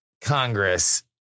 Congress